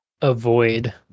avoid